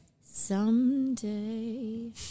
Someday